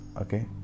okay